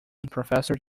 professor